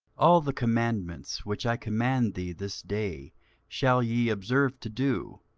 all the commandments which i command thee this day shall ye observe to do,